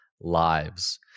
lives